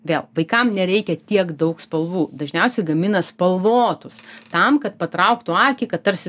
vėl vaikam nereikia tiek daug spalvų dažniausiai gamina spalvotus tam kad patrauktų akį kad tarsi